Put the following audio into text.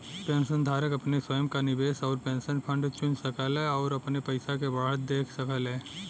पेंशनधारक अपने स्वयं क निवेश आउर पेंशन फंड चुन सकला आउर अपने पइसा के बढ़त देख सकेला